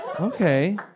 Okay